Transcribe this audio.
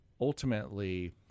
ultimately